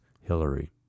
Hillary